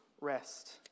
rest